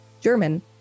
German